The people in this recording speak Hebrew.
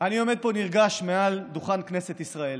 אני עומד פה נרגש מעל דוכן כנסת ישראל